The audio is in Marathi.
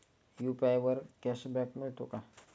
यु.पी.आय वर कॅशबॅक मिळतो का?